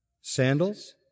sandals